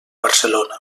barcelona